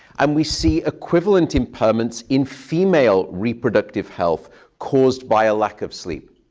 um we see equivalent impairments in female reproductive health caused by a lack of sleep.